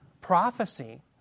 prophecy